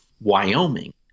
Wyoming